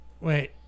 Wait